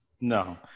No